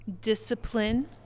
Discipline